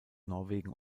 norwegen